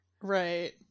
Right